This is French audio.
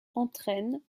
entraine